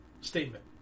statement